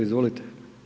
Izvolite.